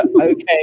Okay